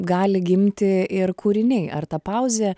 gali gimti ir kūriniai ar ta pauzė